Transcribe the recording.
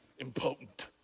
impotent